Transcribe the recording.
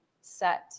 set